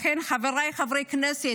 לכן חבריי חברי הכנסת,